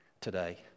today